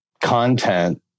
content